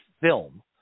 film